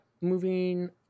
moving